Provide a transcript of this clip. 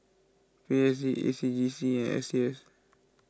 P S D A C J C and S T S